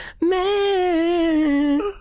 man